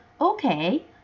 Okay